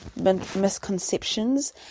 Misconceptions